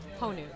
Honu